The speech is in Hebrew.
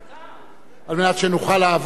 לעבור להצבעות.